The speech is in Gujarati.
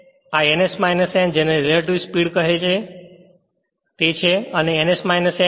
અને આ ns n જેને રેલેટીવ સ્પીડ કહે છે તે છે